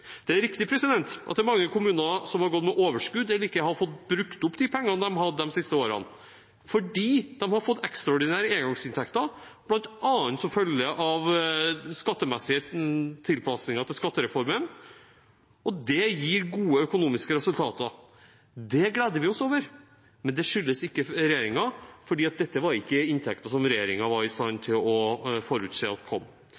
Det er riktig at det er mange kommuner som har gått med overskudd, eller som ikke har fått brukt opp pengene de siste årene fordi de har fått ekstraordinære engangsinntekter, bl.a. som følge av skattemessige tilpasninger til skattereformen. Det gir gode økonomiske resultater. Det gleder vi oss over, men det skyldes ikke regjeringen, for dette var ikke inntekter som regjeringen var i stand